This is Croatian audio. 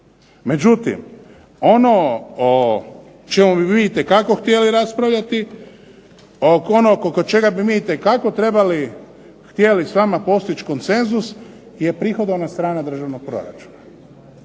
Međutim, ono o čemu bi vi itekako htjeli raspravljati, ono oko čega bi mi itekako trebali, htjeli s vama postići konsenzus je prihodovna strana državnog proračuna.